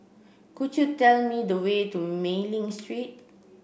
could you tell me the way to Mei Ling Street